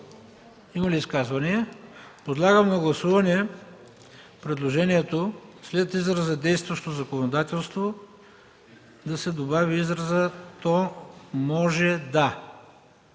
Има ли изказвания? Подлагам на гласуване предложението след израза „действащо законодателство,” да се добави изразът „то може да”